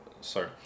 sorry